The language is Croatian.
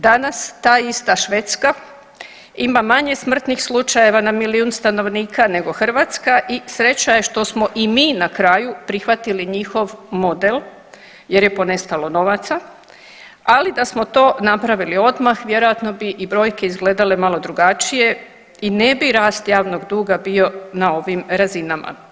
Danas ta ista Švedska ima manje smrtni slučajeva na milijun stanovnika nego Hrvatska i sreća je što smo i mi na kraju prihvatili njihov model jer je ponestalo novaca, ali da smo to napravili odmah vjerojatno bi i brojke izgledale malo drugačije i ne bi rast javnog duga bio na ovim razinama.